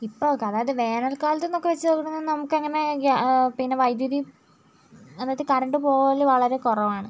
ഇപ്പൊൾ അതായത് വേനൽകാലത്ത് എന്ന് ഒക്കെ വച്ച് നോക്കുമ്പോൾ നമുക്ക് അങ്ങനെ പിന്നെ വൈദ്യുതി അതായത് കറണ്ട് പോകല് വളരെ കുറവാണ്